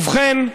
ובכן,